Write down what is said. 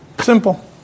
simple